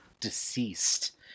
deceased